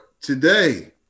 today